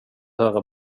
höra